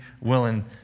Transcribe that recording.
willing